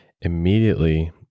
immediately